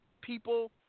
people